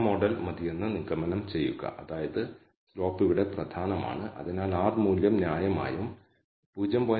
05 തിരഞ്ഞെടുക്കുകയാണെങ്കിൽ നിങ്ങൾ ശൂന്യമായ സിദ്ധാന്തം നിരസിക്കില്ല നിങ്ങളുടെ പ്രാധാന്യത്തിന്റെ തലമായി 0